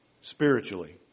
spiritually